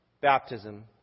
baptism